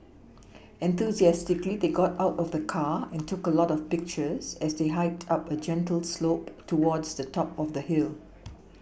enthusiastically they got out of the car and took a lot of pictures as they hiked up a gentle slope towards the top of the hill